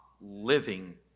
living